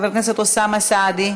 חבר הכנסת אוסאמה סעדי,